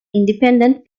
independent